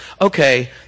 okay